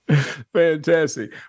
Fantastic